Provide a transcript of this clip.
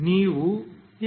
ನೀವು ಹೇಗೆ ಒದಗಿಸಬಹುದು